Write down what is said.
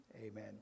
amen